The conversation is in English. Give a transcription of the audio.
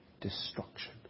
destruction